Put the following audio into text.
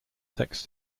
sex